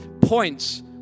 points